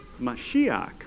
Mashiach